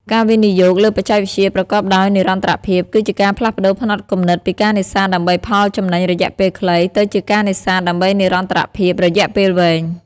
ការវិនិយោគលើបច្ចេកវិទ្យាប្រកបដោយនិរន្តរភាព គឺជាការផ្លាស់ប្តូរផ្នត់គំនិតពីការនេសាទដើម្បីផលចំណេញរយៈពេលខ្លី ទៅជាការនេសាទដើម្បីនិរន្តរភាពរយៈពេលវែង។